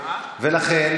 לכן,